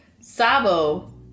Sabo